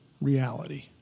reality